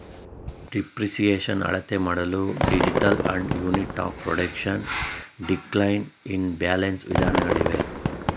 depreciation ಅಳತೆಮಾಡಲು digital and unit of production, decline in balance ವಿಧಾನಗಳಿವೆ